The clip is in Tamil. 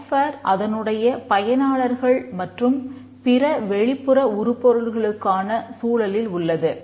சாப்ட்வேர் அதனுடைய பயனாளர்கள் மற்றும் பிற வெளிப்புற உருப்பொருள்களுக்கான சூழலில் உள்ளது